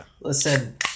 Listen